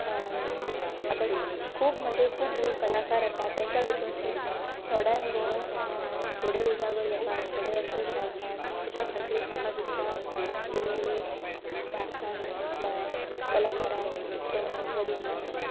आतां खूब म्हणजे खूब लोक कलाकार आसात तेंच्या भितरसून थोड्यांक घोवन थोडे उजागर जातात थोडे अशेच रावतात तेच्या खातीर म्हाका दिसता की भारतान कलाकारांक इतलो म्हत्व दिनान ना